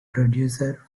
producer